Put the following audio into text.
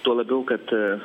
tuo labiau kad